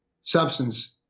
substance